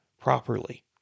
properly